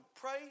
pray